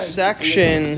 section